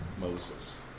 Moses